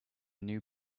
new